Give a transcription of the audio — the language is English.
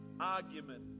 Argument